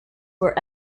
were